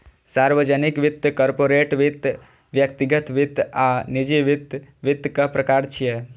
सार्वजनिक वित्त, कॉरपोरेट वित्त, व्यक्तिगत वित्त आ निजी वित्त वित्तक प्रकार छियै